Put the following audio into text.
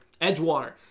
Edgewater